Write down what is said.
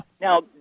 Now